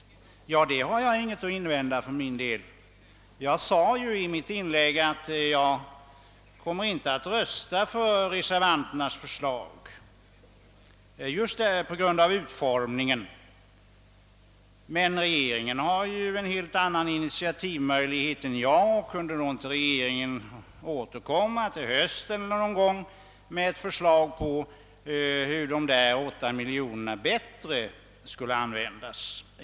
Detta förslag har jag ingenting att invända emot. Jag sade i mitt tidigare inlägg att jag inte kommer att rösta för reservanternas förslag just på grund av utformningen. Men regeringen har en helt annan initiativmöjlighet än jag. Kunde då inte regeringen någon gång i höst återkomma med ett förslag om hur dessa 8 miljoner bättre skall användas?